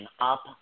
up